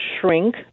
shrink